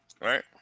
right